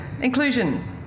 inclusion